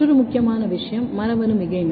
மற்றொரு முக்கியமான விஷயம் மரபணு மிகைமை